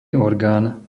orgán